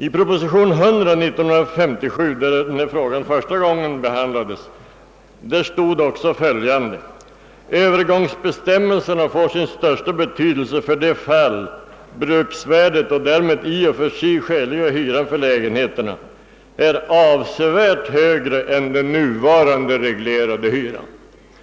I propositionen nr 100 år 1957, när frågan första gången behandlades, står också bl.a. följande: »Övergångsbestämmelserna får sin största betydelse för de fall bruksvärdet och därmed den i och för sig skäliga hyran för lägenheterna är avsevärt högre än den nuvarande reglerade hyran.»